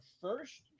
first